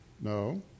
No